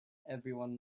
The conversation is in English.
everyone